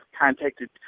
contacted